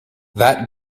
that